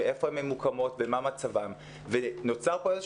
איפה הן ממוקמות ומה מצבן.